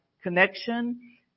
connection